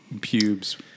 Pubes